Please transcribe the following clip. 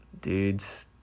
dudes